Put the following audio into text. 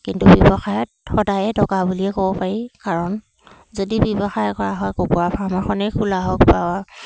কিন্তু ব্যৱসায়ত সদায় টকা বুলিয়ে ক'ব পাৰি কাৰণ যদি ব্যৱসায় কৰা হয় কুকুৰা ফাৰ্ম এখনেই খোলা হওক বা